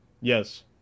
Yes